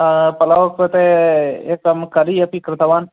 पलाव कृते एकं करी अपि कृतवान्